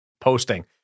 posting